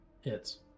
Hits